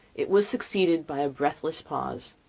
it was succeeded by a breathless pause,